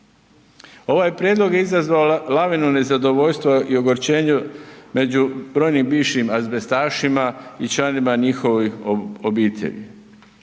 Ovaj prijedlog je izazvao lavinu nezadovoljstva i ogorčenja među brojnim bivšim azbestašima i članovima njihovih obitelji.